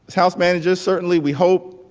house managers certainly, we hope